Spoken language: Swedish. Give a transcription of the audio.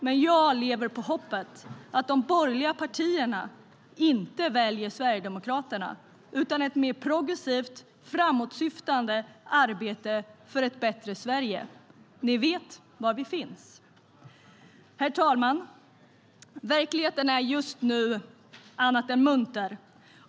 Men jag lever på hoppet om att de borgerliga partierna inte väljer Sverigedemokraterna utan ett mer progressivt framåtsyftande arbete för ett bättre Sverige. Ni vet var vi finns. Herr talman! Verkligheten är just nu allt annat än munter.